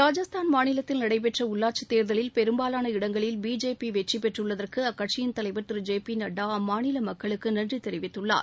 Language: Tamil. ராஜஸ்தான் மாநிலத்தில் நடைபெற்ற உள்ளாட்சி தேர்தலில் பெரும்பாவான இடங்களில் பிஜேபி வெற்றி பெற்றுள்ளதற்கு அக்கட்சியின் தலைவர் திரு ஜெ பி நட்டா அம்மாநில மக்களுக்கு நன்றி தெரிவித்துள்ளார்